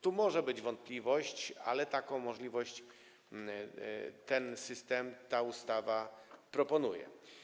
Tu może być wątpliwość, ale taką możliwość ten system, ta ustawa proponuje.